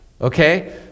Okay